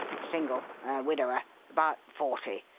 single. a widower. about forty.